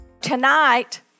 Tonight